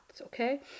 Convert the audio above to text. okay